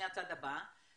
הצעד הבא.